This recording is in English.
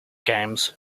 games